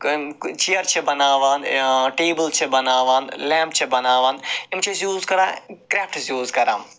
کم chair چھِ بناوان table چھِ بناوان لیٚمپ چھِ بناوان یِم چھِ أسۍ یوٗز کران کرافٹس یوٗز کران